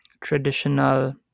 traditional